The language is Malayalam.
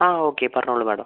ആ ഓക്കെ പറഞ്ഞോളൂ മാഡം